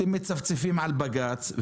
אתם מצפצפים על בג"צ,